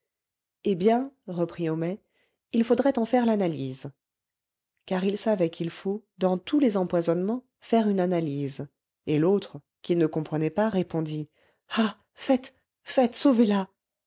eh bien reprit homais il faudrait en faire l'analyse car il savait qu'il faut dans tous les empoisonnements faire une analyse et l'autre qui ne comprenait pas répondit ah faites faites